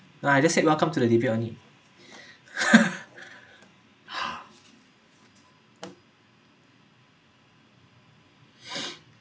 no I just said welcome to the debate only ha